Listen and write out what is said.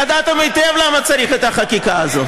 ידעתם היטב למה צריך את החקיקה הזאת.